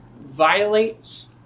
violates